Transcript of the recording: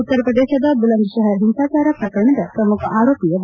ಉತ್ತರ ಪ್ರದೇಶದ ಬುಲಂದ್ಶೆಹರ್ ಹಿಂಸಾಚಾರ ಪ್ರಕರಣದ ಪ್ರಮುಖ ಆರೋಪಿಯ ಹಿ